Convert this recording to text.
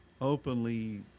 openly